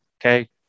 okay